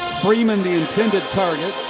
freeman, the intended target.